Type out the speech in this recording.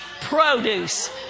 produce